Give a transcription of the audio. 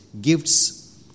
gifts